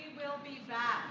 will be back.